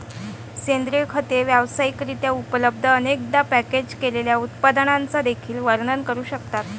सेंद्रिय खते व्यावसायिक रित्या उपलब्ध, अनेकदा पॅकेज केलेल्या उत्पादनांचे देखील वर्णन करू शकतात